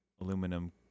aluminum